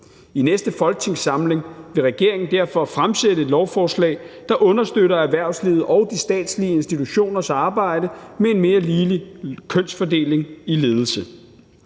I næste folketingssamling vil regeringen derfor fremsætte et lovforslag, der understøtter erhvervslivets og de statslige institutioners arbejde med en mere ligelig kønsfordeling i ledelse.